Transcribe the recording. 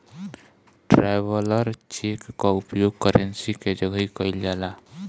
traveller cheque कअ उपयोग currency के जगही कईल जाला